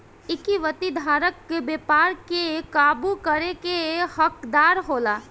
equity धारक व्यापार के काबू करे के हकदार होला